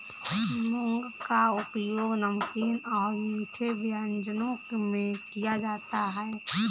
मूंग का उपयोग नमकीन और मीठे व्यंजनों में किया जाता है